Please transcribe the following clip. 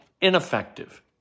ineffective